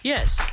Yes